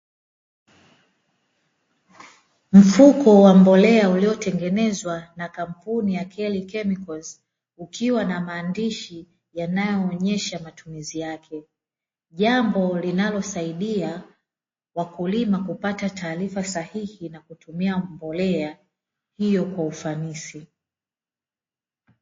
Mfuko wa mbolea iliyotengenezwa na kampuni ya (kelikemikozi) ukiwa na maandishi yanayoonyesha matumizi yake jambo linalosaidia wakulima kupata taarifa sahihi na kutumia mbolea hiyo kwa ufanisi.